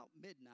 midnight